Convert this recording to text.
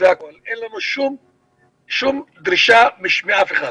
אין לנו שום דרישה מאף אחד.